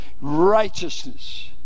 righteousness